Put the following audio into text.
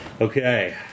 Okay